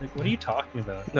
what are you talking